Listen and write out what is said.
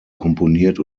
komponiert